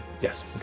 Yes